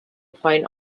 point